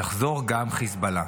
יחזור גם חיזבאללה.